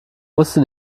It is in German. wusste